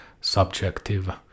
subjective